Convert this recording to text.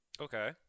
Okay